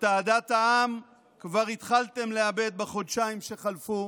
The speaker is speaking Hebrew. את אהדת העם כבר התחלתם לאבד בחודשיים שחלפו